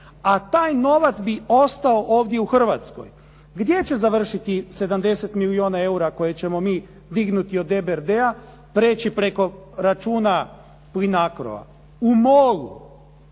A taj novac bi ostao ovdje u Hrvatskoj. Gdje će završiti 70 milijuna eura koje ćemo mi dignuti od EBRD-a preći preko računa Plinacro-a? U MOL-u.